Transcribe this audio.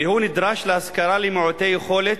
והוא נדרש להשכרה למעוטי יכולת,